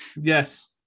Yes